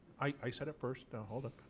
i said it first. and hold it.